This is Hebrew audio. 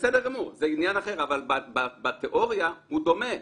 בסדר גמור, זה עניין אחר אבל בתיאוריה הוא דומה.